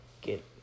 get